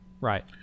Right